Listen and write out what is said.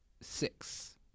Six